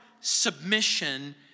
submission